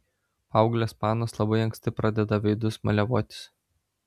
paauglės panos labai anksti pradeda veidus maliavotis